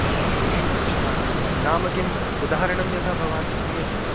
शुष्कमिष्ठान्नं नाम किम् उदाहरणं यथा किं भवान् किम् इच्छते